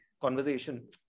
conversation